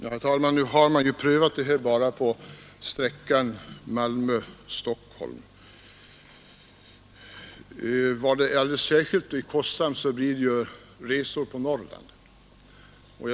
Herr talman! Man har bara prövat dessa sovvagnar på sträckan Malmö-—Stockholm. Men alldeles särskilt kostsamma blir ju resor på landet.